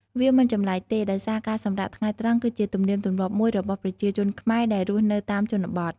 វាមិនចម្លែកទេ ដោយសារការសម្រាកថ្ងៃត្រង់គឺជាទំនៀមទម្លាប់មួយរបស់ប្រជាជនខ្មែរដែលរស់នៅតាមជនបទ។